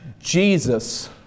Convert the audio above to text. Jesus